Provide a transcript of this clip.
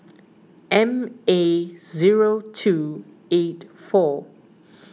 M A zero two eight four